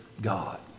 God